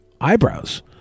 eyebrows